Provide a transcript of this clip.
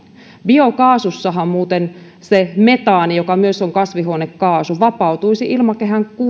biokaasussahan muuten metaani joka myös on kasvihuonekaasu vapautuisi ilmakehään